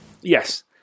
Yes